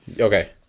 Okay